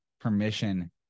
permission